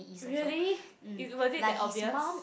really is was it that obvious